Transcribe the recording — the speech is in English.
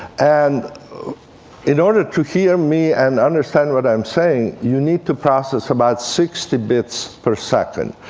and in order to hear me and understand what i'm saying, you need to process about sixty bits per second.